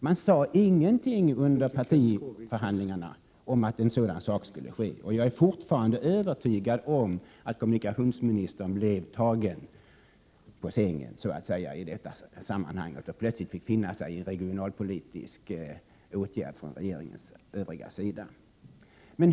Man sade ingenting under partiförhandlingarna om att något sådant skulle ske, och jag är fortfarande övertygad om att kommunikationsministern blev så att säga tagen på sängen i detta sammanhang och plötsligt fick finna sig i en regionalpolitisk åtgärd från de övriga i regeringen.